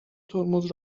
ترمز